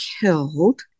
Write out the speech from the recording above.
killed